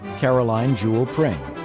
caroline jewel pring.